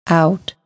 out